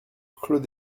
clos